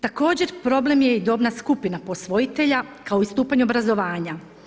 Također problem je i dobna skupina posvojitelja kao i stupanj obrazovanja.